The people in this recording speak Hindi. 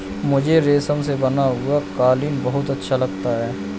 मुझे रेशम से बना हुआ कालीन बहुत अच्छा लगता है